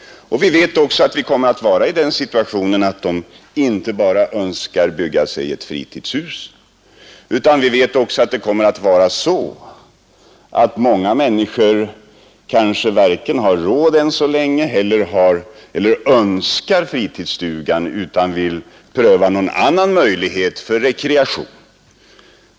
Vi vet också att vi kommer att befinna oss i den situationen att inte alla människor önskar bygga sig ett fritidshus. Många människor har inte råd än så länge eller önskar inte bygga en fritidsstuga, utan de vill pröva andra möjligheter till rekreation.